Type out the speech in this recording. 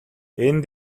энэ